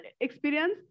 experience